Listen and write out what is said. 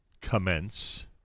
commence